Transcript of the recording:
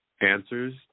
Answers